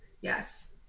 yes